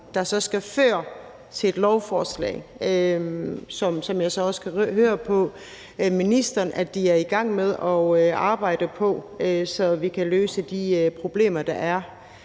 der så skal føre til et lovforslag, som jeg så også kan høre på ministeren at de er i gang med at arbejde på, så vi kan løse de problemer, der er